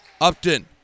Upton